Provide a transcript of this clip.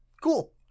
Cool